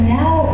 now